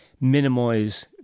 minimise